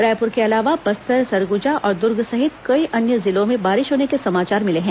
रायपुर के अलावा बस्तर सरगुजा और दुर्ग सहित कई अन्य जिलों में बारिश होने के समाचार मिले हैं